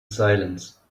silence